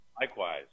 Likewise